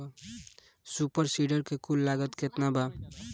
Super seeder के कुल लागत केतना बा?